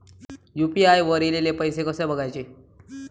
UPI वर ईलेले पैसे कसे बघायचे?